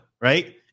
right